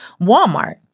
Walmart